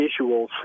visuals